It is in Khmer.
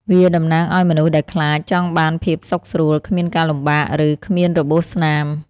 វាតំណាងឲ្យមនុស្សដែលខ្លាច ចង់បានភាពសុខស្រួល គ្មានការលំបាក ឬ គ្មានរបួសស្នាម។